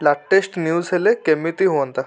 latest news ହେଲେ କେମିତି ହୁଅନ୍ତା